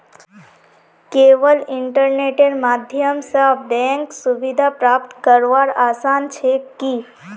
केवल इन्टरनेटेर माध्यम स बैंक सुविधा प्राप्त करवार आसान छेक की